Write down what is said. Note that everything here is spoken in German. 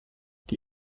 die